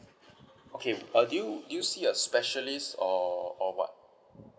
okay uh do you do you see a specialist or or [what]